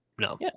no